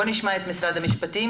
נשמע את משרד המשפטים.